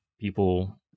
people